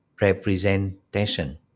representation